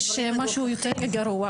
יש משהו יותר גרוע,